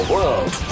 World